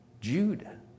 judah